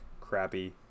crappy